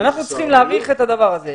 אנחנו צריכים להאריך את הדבר הזה